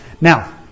Now